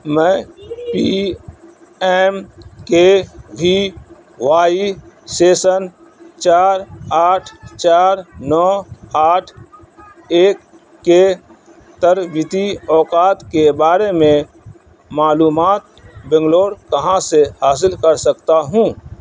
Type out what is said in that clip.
میں P M K V Y session چار آٹھ چار نو آٹھ ایک کے تربیتی اوقات کے بارے میں معلومات بنگلور کہاں سے حاصل کر سکتا ہوں